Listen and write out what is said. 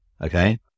Okay